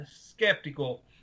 skeptical